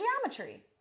geometry